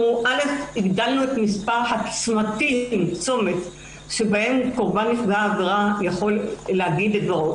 הגדלנו את מספר הצמתים שבהם קורבן נפגע עבירה יכול להגיד את דברו.